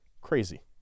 Crazy